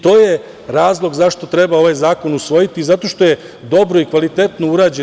To je razlog zašto treba ovaj zakon usvojiti, zato što je dobro i kvalitetno urađen.